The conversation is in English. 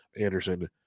Anderson